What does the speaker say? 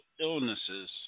illnesses